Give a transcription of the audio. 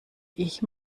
ich